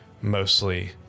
mostly